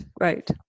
Right